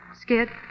Skid